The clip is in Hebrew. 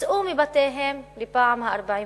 הוצאו מבתיהם בפעם ה-44.